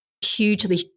hugely